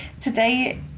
Today